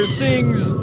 sings